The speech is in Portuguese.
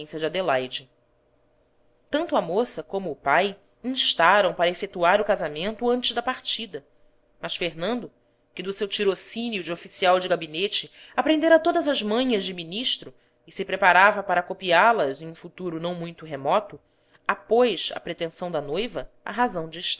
paciência de adelaide tanto a moça como o pai instaram para efetuar o casamento antes da partida mas fernando que do seu tirocínio de ofi cial de gabinete aprendera todas as manhas de ministro e se preparava para copiá las em um futuro não muito remoto apôs à pretensão da noiva a razão de